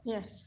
Yes